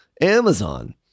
Amazon